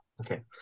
Okay